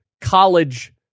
college